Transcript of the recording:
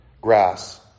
grass